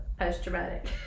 Post-traumatic